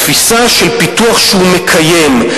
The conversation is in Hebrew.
תפיסה של פיתוח שהוא מקיים,